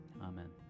amen